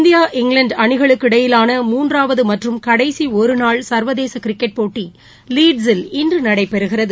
India இங்கிலாந்துஅணிகளுக்கிடையிலான மூன்றாவதமற்றும் கடைசிஒருநாள் சர்வதேசகிரிக்கெட் போட்டிலீட்ஸில் இன்றுநடைபெறுகிறது